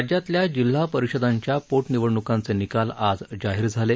राज्यातल्या जिल्हा परिषदांच्या पोट निवडणूकांचे निकाल आज जाहीर होत आहेत